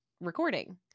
recording